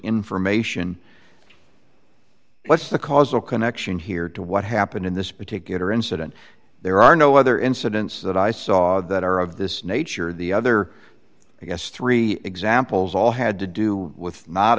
information but the causal connection here to what happened in this particular incident there are no other incidents that i saw that are of this nature the other i guess three examples all had to do with not